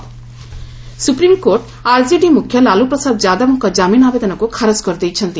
SC Lalu supreme court RJD ମୁଖ୍ୟ ଲାଲୁପ୍ରସାଦ ଯାଦବଙ୍କ ଜାମିନ୍ ଆବେଦନକ୍ ଖାରଜ କରିଦେଇଛନ୍ତି